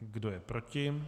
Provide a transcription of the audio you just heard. Kdo je proti?